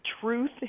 truth